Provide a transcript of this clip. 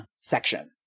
section